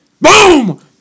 Boom